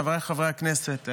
חבריי חברי הכנסת,